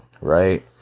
right